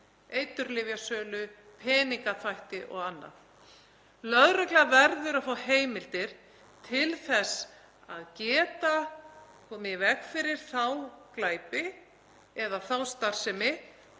eiturlyfjasölu, peningaþvætti og annað. Lögreglan verður að fá heimildir til þess að geta komið í veg fyrir þá glæpi eða þá starfsemi